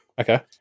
Okay